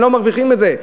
הם לא מרוויחים את זה.